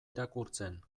irakurtzen